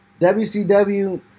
WCW